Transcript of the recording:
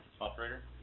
Operator